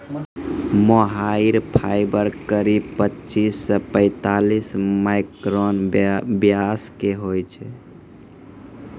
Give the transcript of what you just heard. मोहायिर fibre करीब पच्चीस सॅ पैतालिस माइक्रोन व्यास के होय छै